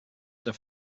der